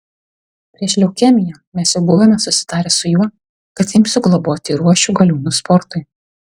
prieš leukemiją mes jau buvome susitarę su juo kad imsiu globoti ir ruošiu galiūnus sportui